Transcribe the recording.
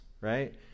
right